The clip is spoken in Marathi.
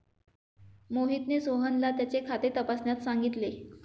मोहितने सोहनला त्याचे खाते तपासण्यास सांगितले